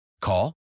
Call